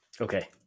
Okay